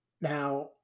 Now